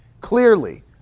clearly